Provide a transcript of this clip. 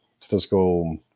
physical